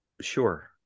sure